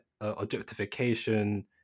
objectification